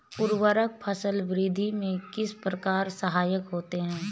उर्वरक फसल वृद्धि में किस प्रकार सहायक होते हैं?